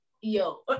yo